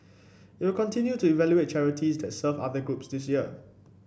it will continue to evaluate charities that serve other groups this year